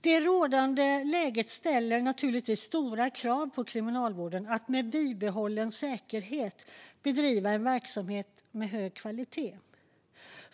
Det rådande läget ställer givetvis stora krav på kriminalvården att med bibehållen säkerhet bedriva en verksamhet av hög kvalitet.